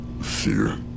fear